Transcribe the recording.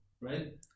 right